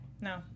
no